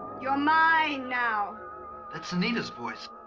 your mind now that's anita's voice.